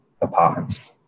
apartments